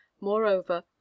Moreover